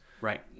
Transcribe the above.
Right